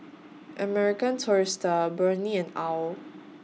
American Tourister Burnie and OWL